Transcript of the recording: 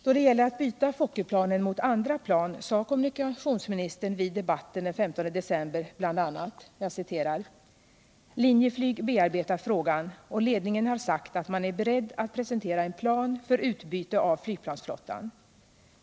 Då det gäller att byta Fokkerplanen mot andra plan sade kommunikationsministern i debatten den 15 december bl.a.: ”Linjeflyg bearbetar frågan, och ledningen har sagt att man är beredd att presentera en plan för utbyte av flygplansflottan.